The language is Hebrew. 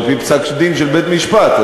על-פי פסק-דין של בית-משפט,